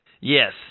Yes